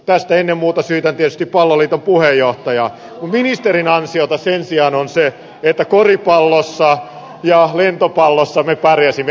tästä ennen muuta syytän tietysti palloliiton puheenjohtajaa kun ministerin ansiota sen sijaan on se että koripallossa ja lentopallossa me pärjäsimme